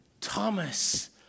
Thomas